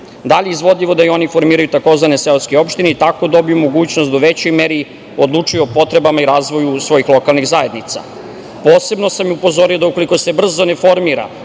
da li je izvodljivo da oni formiraju tzv. „seoske opštine“ i tako dobiju mogućnost da u većoj meri odlučuju o potrebama i razvoju svojih lokalnih zajednica. Posebno sam upozorio da ukoliko se brzo ne formira